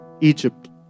Egypt